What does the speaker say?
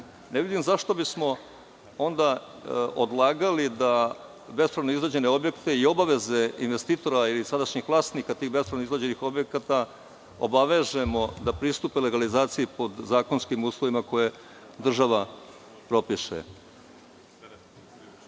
ne vidim zašto bismo onda odlagali da bespravno izgrađene objekte i obaveze investitora ili sadašnjih vlasnika tih bespravno izgrađenih objekata obavežemo da pristupe legalizaciji pod zakonskim uslovima koje država propiše. Naravno